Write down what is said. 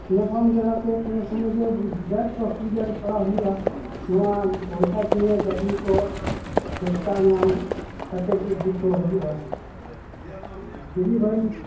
ᱧᱟᱯᱟᱢ ᱡᱟᱞᱟ ᱛᱮ ᱠᱚᱱᱳ ᱥᱚᱢᱚᱭ ᱫᱚ ᱵᱤᱴᱟᱨ ᱚᱥᱩᱵᱤᱫᱟ ᱨᱮ ᱯᱟᱲᱟᱣ ᱦᱩᱭᱩᱜᱼᱟ ᱱᱚᱣᱟ ᱯᱚᱭᱥᱟ ᱫᱤᱭᱮ ᱜᱟᱹᱰᱤ ᱠᱚ ᱪᱮᱥᱴᱟ ᱧᱟᱢ ᱠᱟᱛᱮ ᱤᱫᱤ ᱠᱚ ᱦᱩᱭᱩᱜᱼᱟ ᱰᱤᱞᱤᱵᱷᱟᱨᱤ